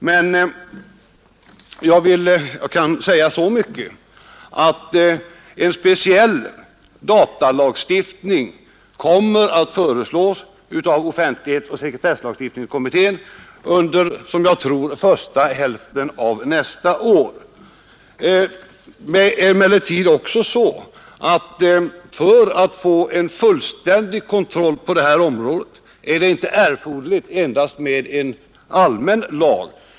Men jag kan säga sa Mycket som att en speciell datalagstiftning kommer att föreslas av offentlighetsoch sekretesslugstiftningskommittén, och jag tror att det kommer att ske under första hälften av nästa år. För att man skall få en fullständig kontroll på det här området är det inte endast erforderligt med en allmän lag.